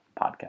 podcast